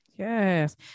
Yes